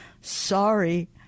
sorry